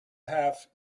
have